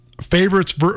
favorites